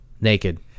Naked